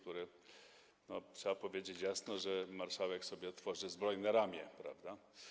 Trzeba powiedzieć jasno, że marszałek sobie tworzy zbrojne ramię, prawda?